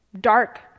dark